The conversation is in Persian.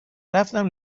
رفتم